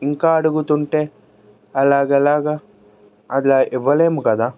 ఇంకా అడుగుతుంటే అలాగ ఎలాగా అలా ఇవ్వలేము కదా